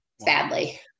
Sadly